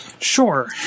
Sure